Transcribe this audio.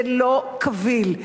זה לא קביל.